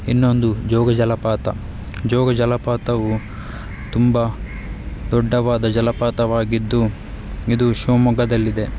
ಇನ್ನೊಂದು ಜೋಗ ಜಲಪಾತ ಜೋಗ ಜಲಪಾತವು ತುಂಬ ದೊಡ್ಡವಾದ ಜಲಪಾತವಾಗಿದ್ದು ಇದು ಶಿವಮೊಗ್ಗದಲ್ಲಿದೆ